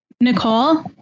Nicole